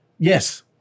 Yes